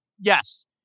Yes